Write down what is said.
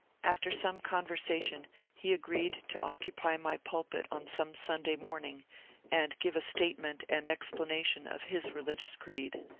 after some conversation he agreed to occupy my pulpit on some sunday morning and give a statement and explanation of his religions creed.